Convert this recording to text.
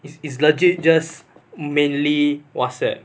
is is legit just mainly whatsapp